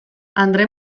andre